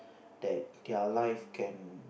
that their life can